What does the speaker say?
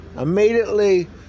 Immediately